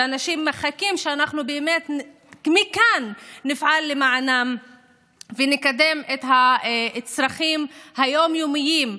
שאנשים מחכים שמכאן נפעל למענם ונקדם את הצרכים היום-יומיים.